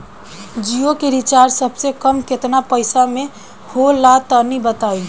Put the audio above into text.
जियो के रिचार्ज सबसे कम केतना पईसा म होला तनि बताई?